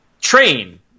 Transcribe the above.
train